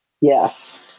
Yes